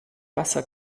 wasser